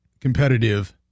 competitive